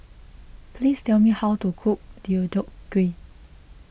please tell me how to cook Deodeok Gui